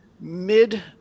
mid